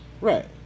Right